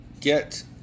get